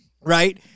right